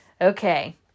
Okay